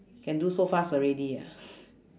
can do so fast already ah